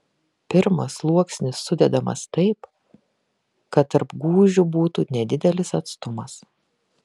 pirmas sluoksnis sudedamas taip kad tarp gūžių būtų nedidelis atstumas